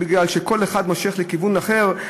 מפני שכל אחד מושך לכיוון אחר.